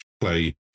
play